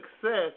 success